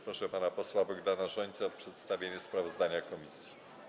Proszę pana posła Bogdana Rzońcę o przedstawienie sprawozdania komisji.